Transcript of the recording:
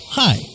hi